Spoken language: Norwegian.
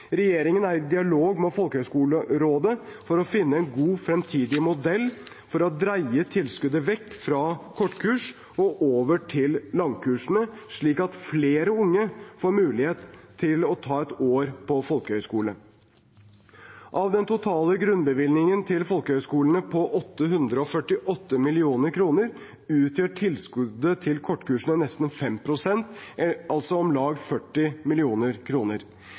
Regjeringen er i dialog med Folkehøgskolerådet for å finne en god fremtidig modell for å dreie tilskuddet vekk fra kortkurs og over til langkursene, slik at flere unge får mulighet til å ta et år på folkehøyskole. Av den totale grunnbevilgningen til folkehøyskolene på 848 mill. kr utgjør tilskuddet til kortkursene nesten 5 pst., altså om lag 40